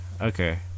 Okay